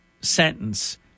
sentence